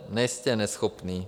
Nejste neschopný.